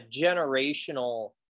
generational